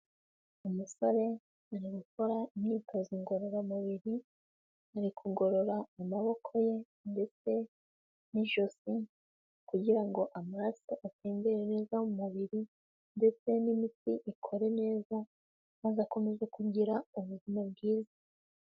Umusore ari gukora imyitozo ngororamubiri, ari kugorora amaboko ye ndetse n'ijosi kugira ngo amaraso atembere neza mu mubiri ndetse n'imitsi ikore neza, maze akomeza kugira ubuzima bwiza.